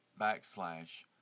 backslash